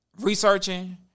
researching